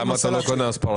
למה אתה לא קונה אספרגוס?